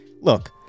Look